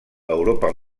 europa